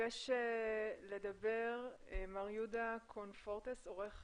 ביקש לדבר מר יהודה קונפורטס, עורך